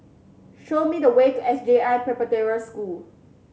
show me the way to S J I Preparatory School